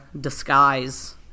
disguise